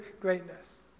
greatness